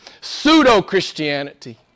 pseudo-Christianity